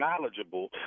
knowledgeable